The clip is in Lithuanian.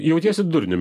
jautiesi durniumi